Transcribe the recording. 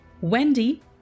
Wendy